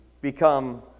become